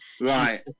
Right